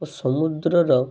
ଓ ସମୁଦ୍ରର